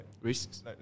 risks